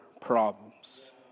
problems